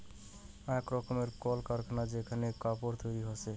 আক রকমের কল কারখানা যেখানে কাপড় তৈরী হসে